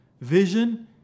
Vision